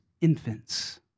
infants